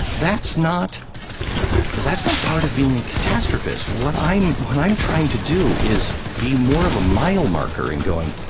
that's not that's not part of being a catastrophist. what i'm what i'm trying to do is be more of a mile marker and going,